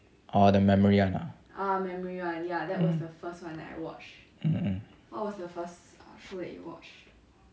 orh the memory one ah